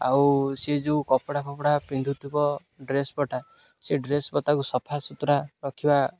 ଆଉ ସିଏ ଯୋଉ କପଡ଼ା ଫପଡ଼ା ପିନ୍ଧୁଥିବ ଡ୍ରେସ ପଟା ସେ ଡ୍ରେସ ପଟାକୁ ସଫା ସୁୁତୁରା ରଖିବା